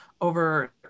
over